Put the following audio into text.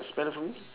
spell for me